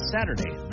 Saturday